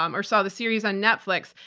um or saw the series on netflix,